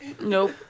Nope